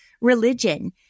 religion